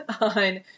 on